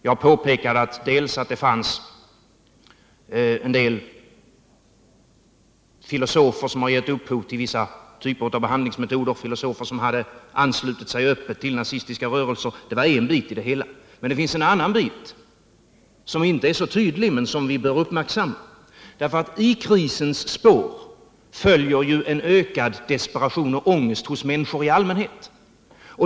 Jag påpekade att det fanns en del filosofer som gett upphov till vissa typer av behandlingsmetoder och som öppet hade anslutit sig till nazistiska rörelser. Det var en bit i det hela. Det finns en annan bit, som inte är så tydlig men som vi bör uppmärksamma. I krisens spår följer en ökad desperation och ångest hos människor i allmänhet.